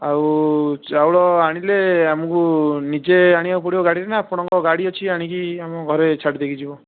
ଆଉ ଚାଉଳ ଆଣିଲେ ଆମକୁ ନିଜେ ଆଣିବାକୁ ପଡ଼ିବ ଗାଡ଼ିରେ ନା ଆପଣଙ୍କ ଗାଡ଼ି ଅଛି ଆଣିକି ଆମ ଘରେ ଛାଡ଼ି ଦେଇକି ଯିବ